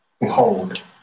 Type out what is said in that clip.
behold